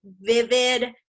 vivid